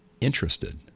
interested